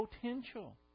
potential